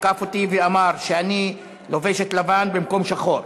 תקף אותי ואמר שאני לובשת לבן במקום שחור,